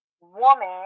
woman